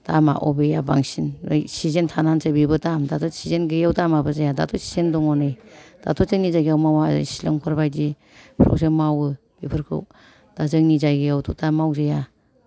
दामआ अबेया बांसिन सिजेन थानानैसो बेबो दाम दाथ' सिजेन गैयैआव दामआबो जाया दाथ' सिजेन दङ नै दाथ' जोंनि जायगायाव माबा सिलंफोरबायदि बेफोरावसो मावो बेफोरखौ दा जोंनि जायगायावथ' दा मावजाया